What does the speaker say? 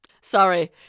Sorry